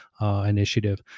Initiative